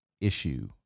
issue